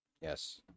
Yes